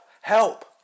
Help